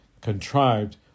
contrived